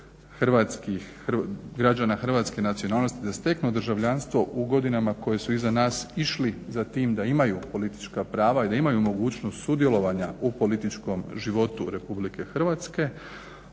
građana hrvatske nacionalnosti da steknu državljanstvo u godinama koje su iza nas išli za tim da imaju politička prava i da imaju mogućnost sudjelovanja u političkom životu RH ovim